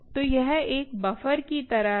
तो यह एक बफर की तरह है